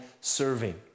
serving